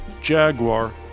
Jaguar